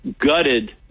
gutted